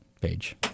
page